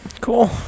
Cool